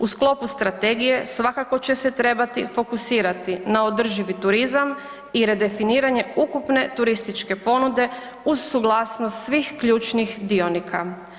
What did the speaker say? U sklopu strategije svakako će se trebati fokusirati na održivi turizam i redefiniranje ukupne turističke ponude uz suglasnost svih ključnih dionika.